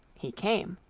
he came.